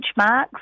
benchmarks